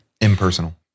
Impersonal